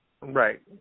Right